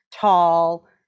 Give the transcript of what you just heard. tall